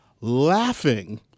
laughing